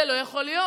זה לא יכול להיות,